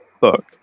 book